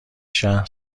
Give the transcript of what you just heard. شهر